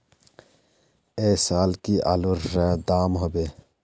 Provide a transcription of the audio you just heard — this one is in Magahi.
ऐ साल की आलूर र दाम होबे?